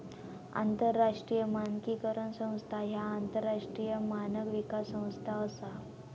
आंतरराष्ट्रीय मानकीकरण संस्था ह्या आंतरराष्ट्रीय मानक विकास संस्था असा